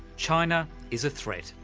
china is a threat.